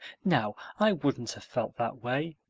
now, i wouldn't have felt that way.